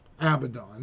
Abaddon